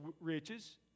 riches